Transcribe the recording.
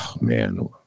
man